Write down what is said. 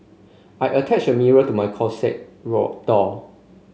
I attached a mirror to my closet raw door